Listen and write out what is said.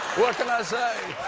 what can i say.